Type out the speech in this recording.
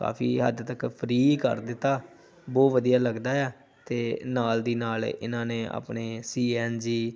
ਕਾਫੀ ਹੱਦ ਤੱਕ ਫਰੀ ਕਰ ਦਿੱਤਾ ਬਹੁਤ ਵਧੀਆ ਲੱਗਦਾ ਆ ਅਤੇ ਨਾਲ ਦੀ ਨਾਲ ਇਹਨਾਂ ਨੇ ਆਪਣੇ ਸੀ ਐਨ ਜੀ